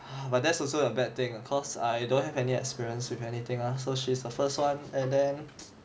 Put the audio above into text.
but there's also a bad thing ah cause I don't have any experience with anything ah so she's the first one and then